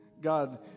God